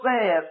says